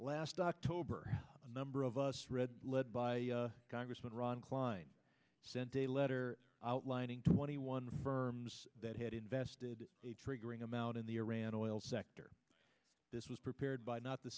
last october a number of us read led by congressman ron klein sent a letter outlining twenty one firms that had invested a triggering amount in the iran oil sector this was prepared by not the